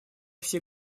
все